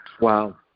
wow